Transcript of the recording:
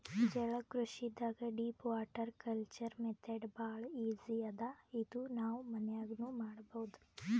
ಜಲಕೃಷಿದಾಗ್ deep water culture method ಭಾಳ್ easy ಅದಾ ಇದು ನಾವ್ ಮನ್ಯಾಗ್ನೂ ಮಾಡಬಹುದ್